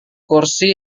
kursi